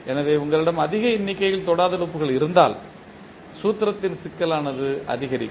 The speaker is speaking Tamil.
எனவே உங்களிடம் அதிக எண்ணிக்கையில் தொடாத லூப்கள் இருந்தால் சூத்திரத்தின் சிக்கலானது அதிகரிக்கும்